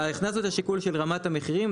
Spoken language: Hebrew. הכנסנו את השיקול של רמת המחירים,